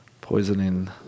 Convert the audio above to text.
poisoning